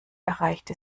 erreichte